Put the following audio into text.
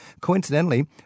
Coincidentally